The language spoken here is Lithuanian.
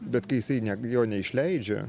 bet kai jisai ne jo neišleidžia